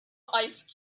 ice